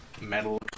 metal